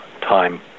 time